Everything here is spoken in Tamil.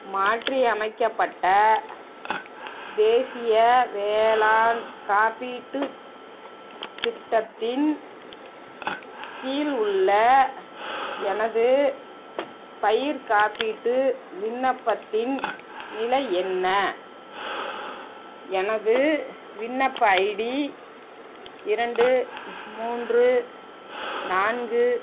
மாற்றி அமைக்கப்பட்ட தேசிய வேளாண் காப்பீட்டு திட்டத்தின் கீழ் உள்ள எனது பயிர்க் காப்பீட்டு விண்ணப்பத்தின் நிலை என்ன எனது விண்ணப்ப ஐடி இரண்டு மூன்று நான்கு